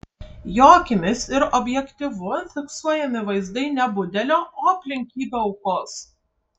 jo akimis ir objektyvu fiksuojami vaizdai ne budelio o aplinkybių aukos